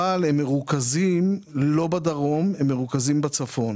רק הבעיה שהם לא מרוכזים בדרום, הם מרוכזים בצפון.